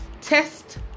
test